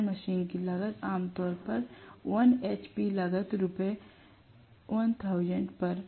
प्रेरण मशीन की लागत आम तौर पर 1 hp लागत रु 1000 पर